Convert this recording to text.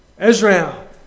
Israel